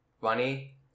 funny